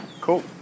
cool